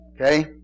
Okay